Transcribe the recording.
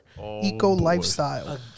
eco-lifestyle